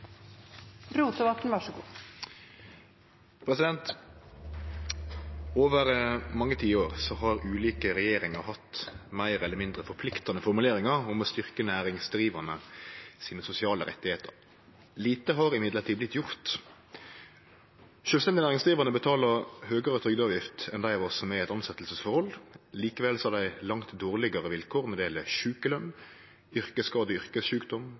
til høsten, så meldingen blir nok behandlet. «Over flere tiår har ulike regjeringer hatt mer eller mindre forpliktende formuleringer om å styrke næringsdrivendes sosiale rettigheter. Lite har imidlertid blitt gjort. Selvstendig næringsdrivende betaler en høyere trygdeavgift enn de av oss som er i et ansettelsesforhold. Allikevel har de langt dårligere vilkår når det gjelder sykelønn, yrkesskade